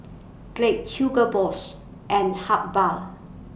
Glade Hugo Boss and Habhal